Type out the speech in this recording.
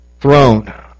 throne